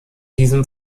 diesem